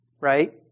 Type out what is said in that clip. right